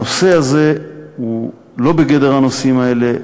הנושא הזה הוא לא בגדר הנושאים האלה.